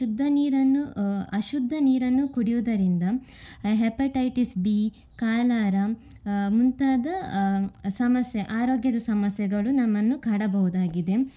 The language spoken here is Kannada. ಶುದ್ಧ ನೀರನ್ನು ಅಶುದ್ಧ ನೀರನ್ನು ಕುಡಿಯುವುದರಿಂದ ಹೆಪಟೈಟಿಸ್ ಬಿ ಕಾಲಾರ ಮುಂತಾದ ಸಮಸ್ಯೆ ಆರೋಗ್ಯದ ಸಮಸ್ಯೆಗಳು ನಮ್ಮನ್ನು ಕಾಡಬಹುದಾಗಿದೆ